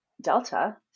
Delta